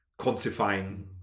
quantifying